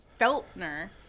Feltner